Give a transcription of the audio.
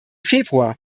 februar